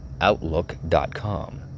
outlook.com